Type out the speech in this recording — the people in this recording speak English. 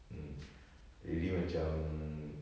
mm really macam